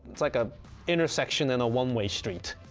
it's like a intersection and a one way street,